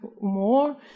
more